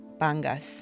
bangas